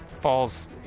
falls